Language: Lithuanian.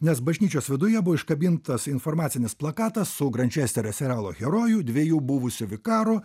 nes bažnyčios viduje buvo iškabintas informacinis plakatas su grančesterio serialo herojų dviejų buvusių vikarų